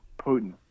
Putin